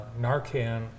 Narcan